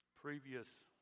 previous